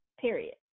period